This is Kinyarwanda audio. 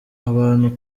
abantu